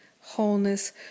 wholeness